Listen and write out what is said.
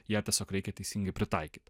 ją tiesiog reikia teisingai pritaikyt